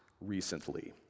recently